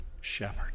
shepherd